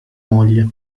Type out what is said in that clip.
moglie